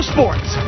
Sports